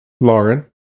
Lauren